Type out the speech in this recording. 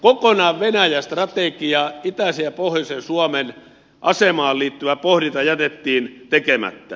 kokonaan venäjä strategia itäisen ja pohjoisen suomen asemaan liittyvä pohdinta jätettiin tekemättä